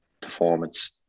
performance